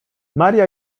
maria